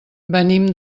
venim